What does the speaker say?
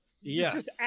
Yes